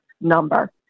number